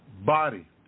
body